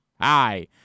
hi